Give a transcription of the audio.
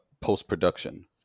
post-production